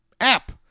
app